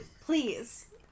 please